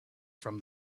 from